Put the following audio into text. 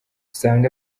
usanga